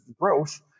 growth